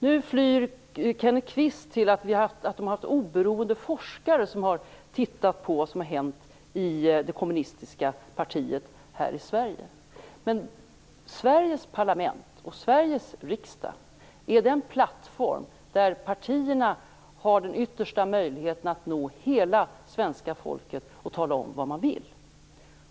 Nu tar Kenneth Kvist sin tillflykt till att oberoende forskare har tittat på vad som har hänt i det kommunistiska partiet här i Sverige. Men Sveriges parlament är den plattform där partierna har den yttersta möjligheten att nå hela svenska folket och tala om vad de vill.